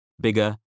bigger